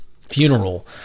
funeral